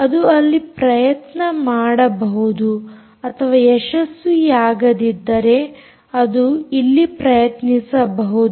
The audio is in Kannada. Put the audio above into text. ಅದು ಇಲ್ಲಿ ಪ್ರಯತ್ನ ಮಾಡಬಹುದು ಅಥವಾ ಯಶಸ್ವಿಯಾಗದಿದ್ದರೆ ಅದು ಇಲ್ಲಿ ಪ್ರಯತ್ನಿಸಬಹುದು